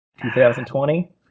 2020